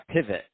pivot